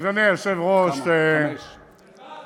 אדוני היושב-ראש, אי-אפשר